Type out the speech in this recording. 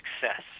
success